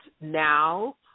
now